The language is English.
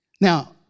Now